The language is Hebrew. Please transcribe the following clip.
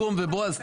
בועז,